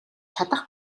чадах